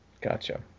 Gotcha